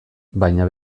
baina